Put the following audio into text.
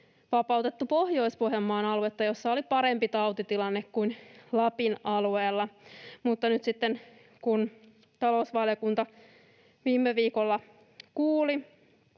vapautettu Pohjois-Pohjanmaan aluetta, jossa oli parempi tautitilanne kuin Lapin alueella. Nyt sitten kun talousvaliokunta viime viikolla kuuli